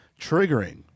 triggering